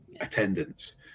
attendance